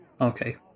Okay